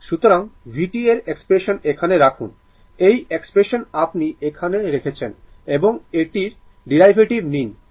সুতরাং vt এর expression এখানে রাখুন এই এক্সপ্রেশন আপনি এখানে রেখেছেন এবং এটির ডেরিভেটিভ নিন